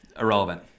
Irrelevant